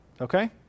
Okay